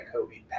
Kobe